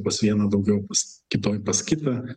pas vieną daugiau pas kitoj pas kitą